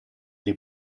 dei